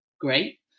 great